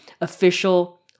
official